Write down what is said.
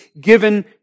given